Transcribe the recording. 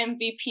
MVP